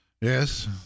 Yes